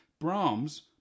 Brahms